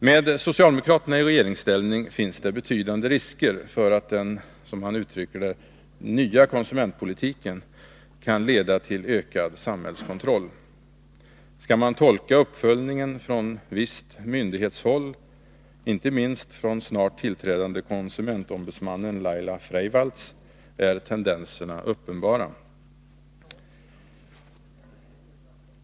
Med socialdemokraterna i regeringsställning finns det betydande risker för att den ”nya konsumentpolitiken” kan leda till ökad samhällskontroll. Skall man tolka uppföljningen från visst myndighetshåll, inte minst från den snart tillträdande konsumentombudsmannen Laila Freivalds, är tendenserna uppenbara.